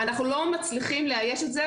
אנחנו לא מצליחים לאייש את זה,